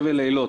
חבל אילות.